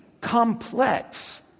complex